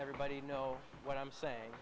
everybody know what i'm saying